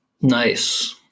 Nice